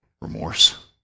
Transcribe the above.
remorse